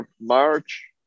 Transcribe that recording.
March